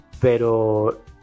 pero